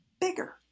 bigger